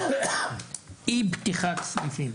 אי פתיחת סניפים,